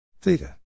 Theta